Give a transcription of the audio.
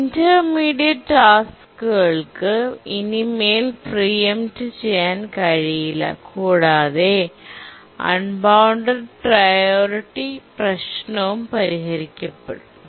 intermediate priority ടാസ്ക്കുകൾക്ക് ഇനിമേൽ പ്രീ എംപ്ട്ചെയ്യാൻ കഴിയില്ല കൂടാതെ അൺബൌണ്ടഡ് പ്രിയോറിറ്റിപ്രശ്നവും പരിഹരിക്കപ്പെടും